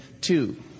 two